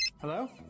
Hello